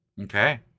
okay